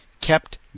kept